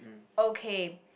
okay